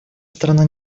страна